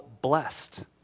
blessed